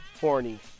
horny